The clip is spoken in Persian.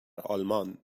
آلمان